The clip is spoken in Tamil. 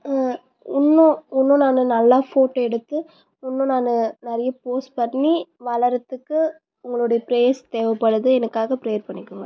இன்னும் இன்னும் நான் நல்லா ஃபோட்டோ எடுத்து இன்னும் நான் நிறைய போஸ்ட் பண்ணி வளர்றத்துக்கு உங்களோட ப்ரேயர்ஸ் தேவைப்படுது எனக்காக ப்ரேயர் பண்ணிக்கோங்க